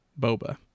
Boba